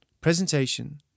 presentation